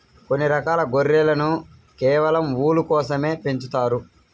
కొన్ని రకాల గొర్రెలను కేవలం ఊలు కోసమే పెంచుతారు